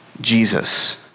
Jesus